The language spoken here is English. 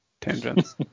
tangents